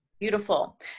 Beautiful